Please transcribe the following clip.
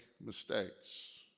mistakes